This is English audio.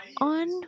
on